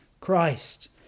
Christ